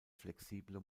flexible